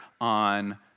on